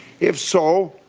if so,